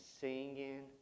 singing